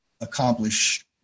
accomplish